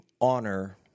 honor